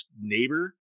neighbor